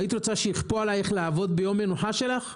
היית רוצה שיכפו עלייך לעבוד ביום המנוחה שלך?